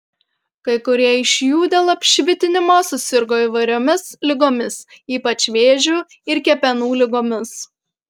kai kurie iš jų dėl apšvitinimo susirgo įvairiomis ligomis ypač vėžiu ir kepenų ligomis